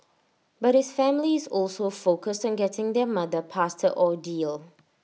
but his family is also focused on getting their mother past her ordeal